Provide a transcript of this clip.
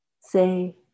say